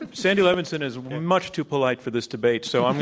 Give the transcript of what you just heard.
and sandy levinson is much too polite for this debate, so i'm